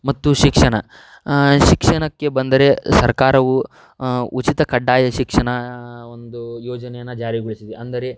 ಮತ್ತು ಶಿಕ್ಷಣ ಶಿಕ್ಷಣಕ್ಕೆ ಬಂದರೆ ಸರ್ಕಾರವು ಉಚಿತ ಕಡ್ಡಾಯ ಶಿಕ್ಷಣ ಒಂದು ಯೋಜನೆಯನ್ನು ಜಾರಿಗೊಳಿಸಿದೆ ಅಂದರೆ